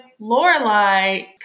Lorelai